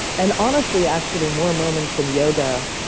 and, honestly, actually, more moments in yoga,